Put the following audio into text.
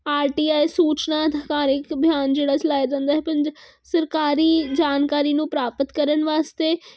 RTI ਸੂਚਨਾ ਅਧਿਕਾਰਿਤ ਅਭਿਆਨ ਜਿਹੜਾ ਚਲਾਇਆ ਜਾਂਦਾ ਹੈ ਪੰਜ ਸਰਕਾਰੀ ਜਾਣਕਾਰੀ ਨੂੰ ਪ੍ਰਾਪਤ ਕਰਨ ਵਾਸਤੇ